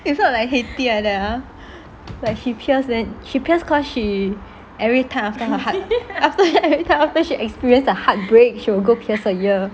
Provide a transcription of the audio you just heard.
if not like hati like that ah like she pierce then she pierce cause she everytime she heart everytime she experienced the heartbreak she will go pierce her ear